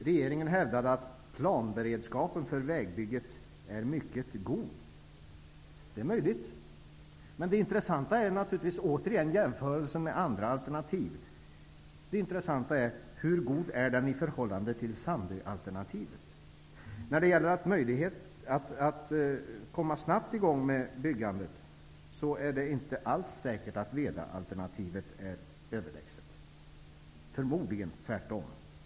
Regeringen hävdar att planberedskapen för vägbygget är mycket god. Det är möjligt. Men det intressanta är naturligtvis återigen jämförelsen med andra alternativ. Hur bra är detta projekt i förhållande till Sandöalternativet? Det är inte alls säkert att Vedaalternativet är överlägset i fråga om att snabbt komma i gång med bygget. Förmodligen tvärtom.